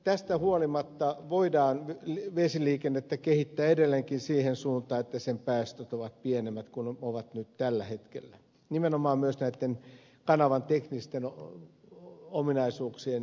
tästä huolimatta voidaan vesiliikennettä kehittää edelleenkin siihen suuntaan että sen päästöt ovat pienemmät kuin tällä hetkellä nimenomaan myös näitten kanavan teknisten ominaisuuksien edistämisen kannalta